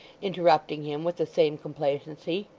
interrupting him with the same complacency.